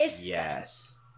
yes